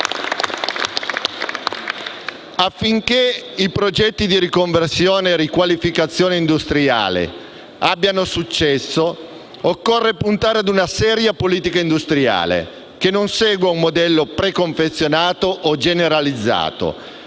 Affinché i progetti di riconversione e riqualificazione industriale abbiano successo occorre puntare ad una seria politica industriale che non segua un modello preconfezionato o generalizzato,